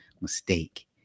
mistake